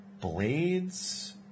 blades